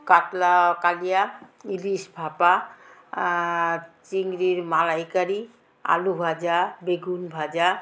কাতলা কালিয়া ইলিশ ভাপা চিংড়ির মালাইকারি আলু ভাজা বেগুন ভাজা